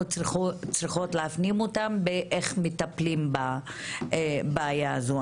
צריכים להפנים אותם בדרך שבה מטפלים בבעיה הזאת.